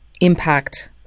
impact